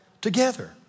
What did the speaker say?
together